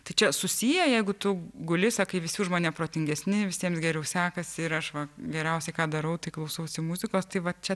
tai čia susiję jeigu tu guli sakai visi už mane protingesni visiems geriau sekasi ir aš va geriausiai ką darau tai klausausi muzikos tai va čia